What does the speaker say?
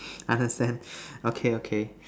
understand okay okay